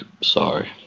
Sorry